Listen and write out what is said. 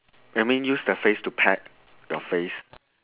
I mean use the face to peck your face